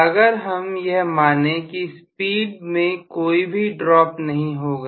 अगर हम यह माने की स्पीड में कोई भी ड्रॉप नहीं होगा